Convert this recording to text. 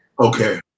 Okay